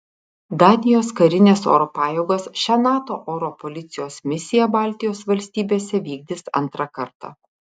danijos karinės oro pajėgos šią nato oro policijos misiją baltijos valstybėse vykdys antrą kartą